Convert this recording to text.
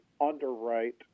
underwrite